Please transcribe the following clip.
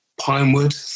pinewood